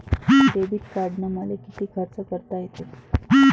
Debit कार्डानं मले किती खर्च करता येते?